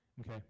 Okay